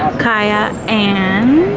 kaya and